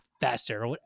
faster